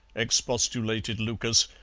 expostulated lucas,